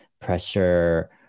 pressure